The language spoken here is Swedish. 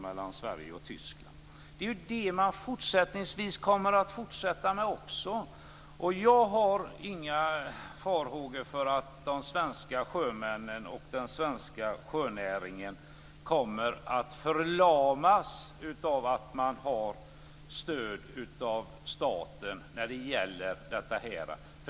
Detta kommer man att göra även fortsättningsvis. Jag har inga farhågor för att de svenska sjömännen och den svenska sjönäringen kommer att förlamas av att ha stöd från staten när det gäller detta.